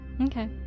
Okay